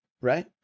right